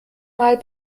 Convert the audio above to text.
mal